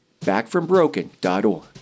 backfrombroken.org